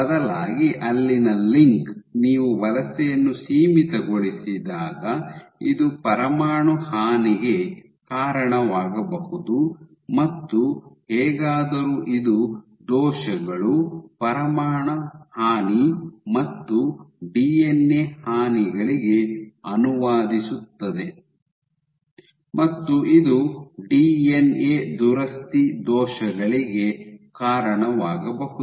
ಬದಲಾಗಿ ಅಲ್ಲಿನ ಲಿಂಕ್ ನೀವು ವಲಸೆಯನ್ನು ಸೀಮಿತಗೊಳಿಸಿದಾಗ ಇದು ಪರಮಾಣು ಹಾನಿಗೆ ಕಾರಣವಾಗಬಹುದು ಮತ್ತು ಹೇಗಾದರೂ ಇದು ದೋಷಗಳು ಪರಮಾಣು ಹಾನಿ ಮತ್ತು ಡಿಎನ್ಎ ಹಾನಿಗಳಿಗೆ ಅನುವಾದಿಸುತ್ತದೆ ಮತ್ತು ಇದು ಡಿಎನ್ಎ ದುರಸ್ತಿ ದೋಷಗಳಿಗೆ ಕಾರಣವಾಗಬಹುದು